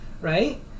Right